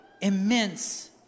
immense